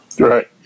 Right